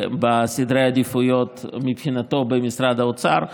בסדרי העדיפויות מבחינתו, במשרד האוצר.